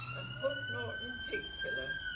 a hook norton pig killer.